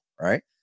right